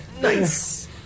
Nice